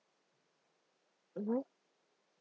mmhmm